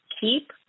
keep